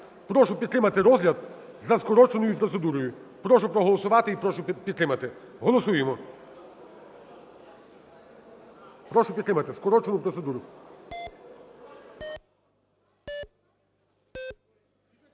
Прошу підтримати розгляд за скороченою процедурою. Прошу проголосувати. І прошу підтримати. Голосуємо. Прошу підтримати скорочену процедуру.